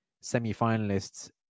semi-finalists